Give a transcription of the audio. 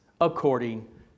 according